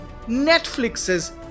Netflix's